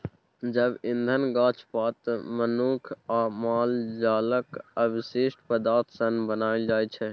जैब इंधन गाछ पात, मनुख आ माल जालक अवशिष्ट पदार्थ सँ बनाएल जाइ छै